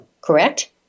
Correct